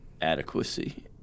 adequacy